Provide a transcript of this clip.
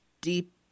deep